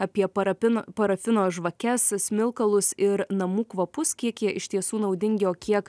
apie parapino parafino žvakes smilkalus ir namų kvapus kiek jie iš tiesų naudingi o kiek